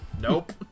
nope